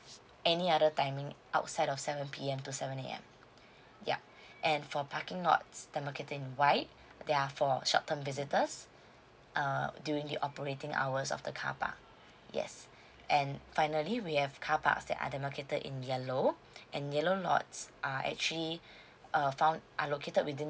any other timing outside of seven P_M to seven A_M yup and for parking lots demarcated in white they are for short term visitors uh during the operating hours of the car park yes and finally we have carparks that are demarcated in yellow and yellow lots are actually uh found are located within